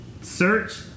search